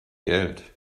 geld